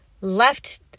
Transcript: left